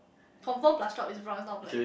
confirm plus chop is brown is not black